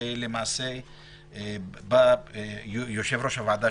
שלמעשה בא יושב-ראש הוועדה,